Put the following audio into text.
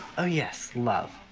oh yes, love.